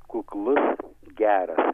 kuklus geras